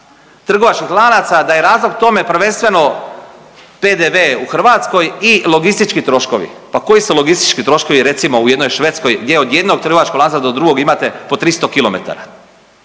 trgovačkih lanaca da je razlog tome prvenstveno PDV u Hrvatskoj i logistički troškovi, pa koji su logistički troškovi recimo u jednoj Švedskoj gdje od jednog trgovačkog lanca do drugog imate po 300 km,